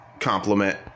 compliment